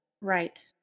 Right